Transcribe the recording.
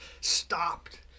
stopped